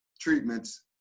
treatments